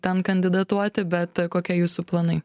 ten kandidatuoti bet kokie jūsų planai